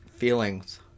Feelings